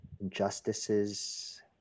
injustices